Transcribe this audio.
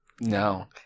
no